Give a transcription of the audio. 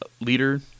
leader